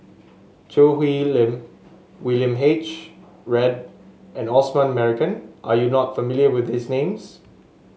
Choo Hwee Lim William H Read and Osman Merican are you not familiar with these names